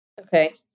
okay